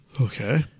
Okay